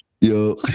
yo